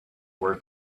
were